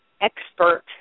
expert